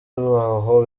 aho